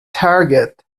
target